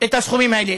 את הסכומים האלה.